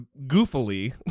goofily